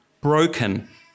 broken